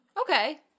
Okay